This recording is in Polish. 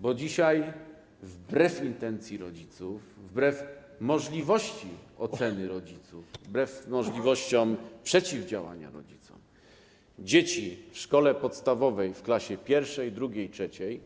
Bo dzisiaj wbrew intencji rodziców, wbrew możliwościom oceny rodziców, wbrew możliwościom przeciwdziałania temu, dzieci w szkole podstawowej, w klasie pierwszej, drugiej lub trzeciej,